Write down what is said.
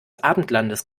abendlandes